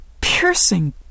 piercing